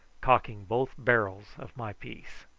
cocking both barrels of my piece.